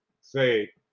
say